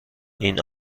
این